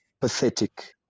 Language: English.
pathetic